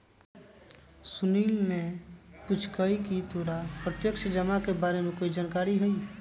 सुनील ने पूछकई की तोरा प्रत्यक्ष जमा के बारे में कोई जानकारी हई